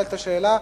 שאלת שאלה,